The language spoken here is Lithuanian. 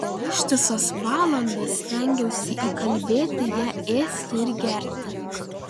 ištisas valandas stengiausi įkalbėti ją ėsti ir gerti